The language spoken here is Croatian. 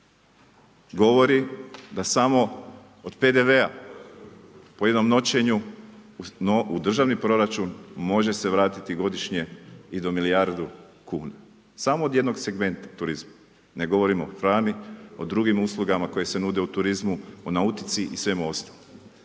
Govorimo da samo od PDV-a po jedinom noćenju u državni proračun miže se vratiti godišnje i do milijardu kuna. Samo od jednog segmenta turizma, ne govorimo o hrani, o drugim uslugama koje se nude u turizmu, o nautici i svemu ostalome.